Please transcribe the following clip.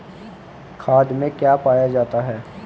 खाद में क्या पाया जाता है?